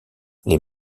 les